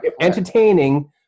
entertaining